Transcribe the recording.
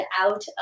out